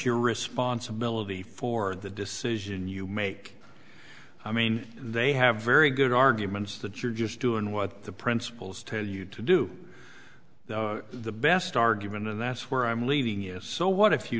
your responsibility for the decision you make i mean they have very good arguments that you're just doing what the principals tell you to do that the best argument and that's where i'm leaving is so what